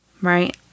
Right